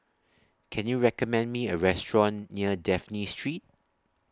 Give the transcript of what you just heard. Can YOU recommend Me A Restaurant near Dafne Street